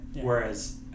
Whereas